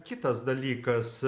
kitas dalykas